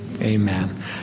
Amen